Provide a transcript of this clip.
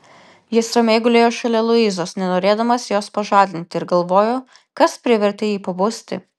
jis ramiai gulėjo šalia luizos nenorėdamas jos pažadinti ir galvojo kas privertė jį pabusti